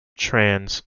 trans